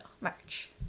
March